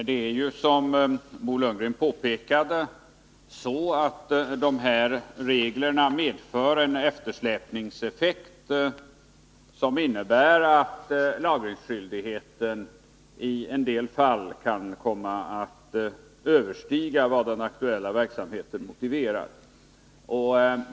Herr talman! Som Bo Lundgren påpekade medför reglerna en eftersläpningseffekt som innebär att lagringsskyldigheten i en del fall kan komma att överstiga vad den aktuella verksamheten motiverar.